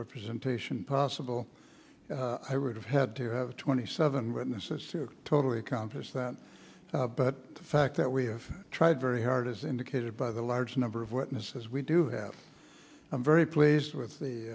representation possible i would have had to have twenty seven witnesses to totally accomplish that but the fact that we have tried very hard as indicated by the large number of witnesses we do have i'm very pleased with the